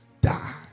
die